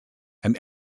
and